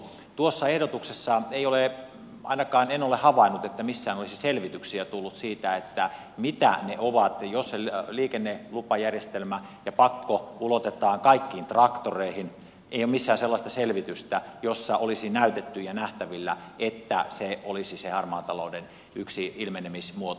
tuossa ehdotuksessa ei ole ainakaan en ole havainnut että missään olisi selvityksiä jos liikennelupajärjestelmä ja pakko ulotetaan kaikkiin traktoreihin joissa olisi näytetty ja nähtävillä että se olisi se harmaan talouden yksi ilmenemismuoto